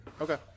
Okay